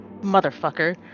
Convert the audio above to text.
Motherfucker